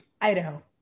Idaho